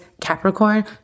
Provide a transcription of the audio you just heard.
Capricorn